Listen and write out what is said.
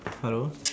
hello